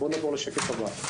עולם התשתיות